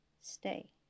Stay